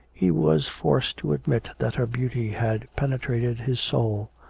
he was forced to admit that her beauty had penetrated his soul.